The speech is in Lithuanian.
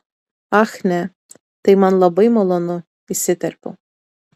ach ne tai man labai malonu įsiterpiau